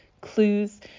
clues